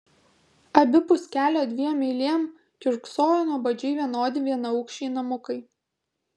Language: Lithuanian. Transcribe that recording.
abipus kelio dviem eilėm kiurksojo nuobodžiai vienodi vienaaukščiai namukai